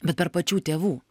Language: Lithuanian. bet per pačių tėvų